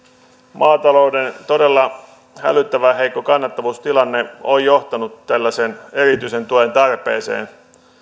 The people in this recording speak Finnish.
maatalouden todella hälyttävän heikko kannattavuustilanne on johtanut tällaisen erityisen tuen tarpeeseen